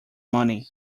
money